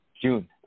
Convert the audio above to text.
June